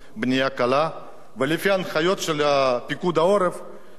ולפי ההנחיות של פיקוד העורף זה נקרא שטח פתוח.